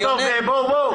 טוב, בואו.